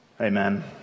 Amen